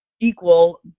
equal